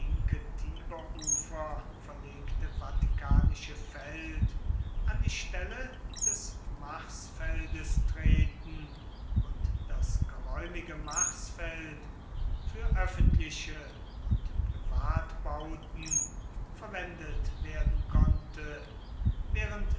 verlegte vaticanische feld an die stelle des marsfeldes treten und das geräumige marsfeld für öffentliche und privatbauten verwendet werden konnte während